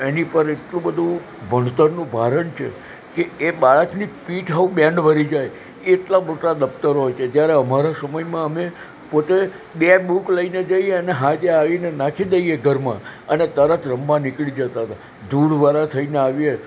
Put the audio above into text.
એની પર એટલું બધુ ભણતરનું ભારણ છે કે એ બાળકની પીઠ સાવ બેન્ડ વળી જાય એટલા મોટા દફ્તરો હોય છે જયારે અમારા સમયમાં અમે પોતે બે બુક લઈને જઈએ અને સાંજે આવીને નાખી દઈએ ઘરમાં અને તરત રમવા નીકળી જતા હતા ધૂળવાળા થઈને આવીએ